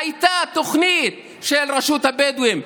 הייתה תוכנית של רשות הבדואים,